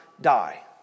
die